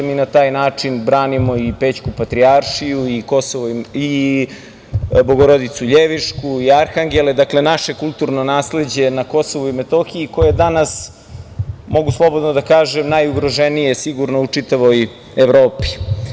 Mi na taj način branimo i Pećku patrijaršiju i Bogorodicu Ljevišku i Arhangele, dakle, naše kulturno nasleđe na Kosovu i Metohiji, koje je danas, mogu slobodno da kažem, najugroženije sigurno u čitavoj Evropi.